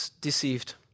deceived